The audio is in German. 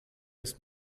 ist